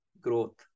growth